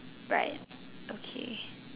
right okay